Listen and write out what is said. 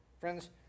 Friends